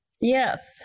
Yes